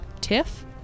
Tiff